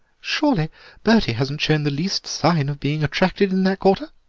surely bertie hasn't shown the least sign of being attracted in that quarter?